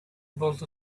built